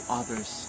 others